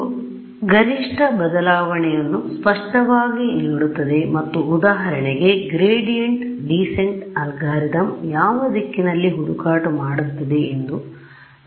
ಇದು ಗರಿಷ್ಠ ಬದಲಾವಣೆಯನ್ನು ಸ್ಪಷ್ಟವಾಗಿ ನೀಡುತ್ತದೆ ಮತ್ತು ಉದಾಹರಣೆಗೆ ಗ್ರೇಡಿಯಂಟ್ ಡಿಸೆಂಟ್ ಅಲ್ಗಾರಿದಮ್ ಯಾವ ದಿಕ್ಕಿನಲ್ಲಿ ಹುಡುಕಾಟ ಮಾಡುತ್ತದೆ ಎಂದು ಅದು ನನಗೆ ಹೇಳುತ್ತದೆ